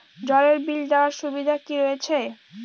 জলের বিল দেওয়ার সুবিধা কি রয়েছে?